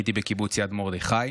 הייתי בקיבוץ יד מרדכי,